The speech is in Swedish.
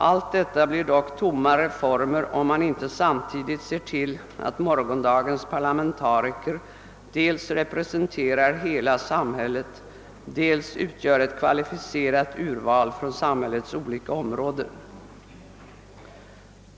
Allt detta blir dock tomma reformer, om man inte samtidigt ser till att morgondagens parlamentariker dels representerar hela samhället, dels utgör ett kvalificerat urval från samhällets olika områden.